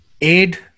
aid